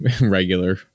regular